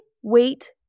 wheat